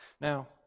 Now